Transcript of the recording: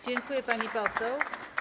Dziękuję, pani poseł.